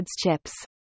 chips